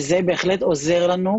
וזה בהחלט עוזר לנו,